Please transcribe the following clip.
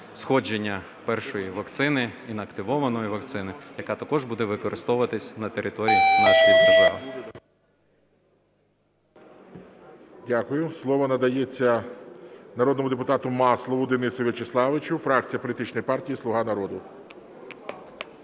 сходження першої вакцини, інактивованої вакцини, яка також буде використовуватись на території нашої